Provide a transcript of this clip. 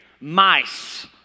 mice